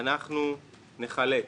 אנחנו נחלק.